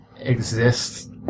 exist